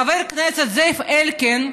חבר הכנסת זאב אלקין,